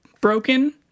broken